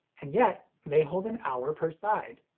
and yet, they hold an hour per side.